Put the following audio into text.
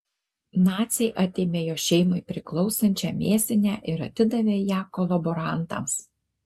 naciai atėmė jo šeimai priklausančią mėsinę ir atidavė ją kolaborantams